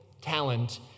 talent